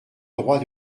droit